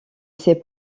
sais